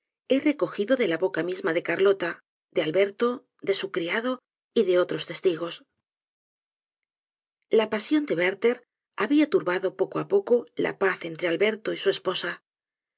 he recojido de la boca misma de carlota de alberto de su criado y de otros testigos la pasión de werther habia turbado poco á poco la paz e'lre alberto y su esposa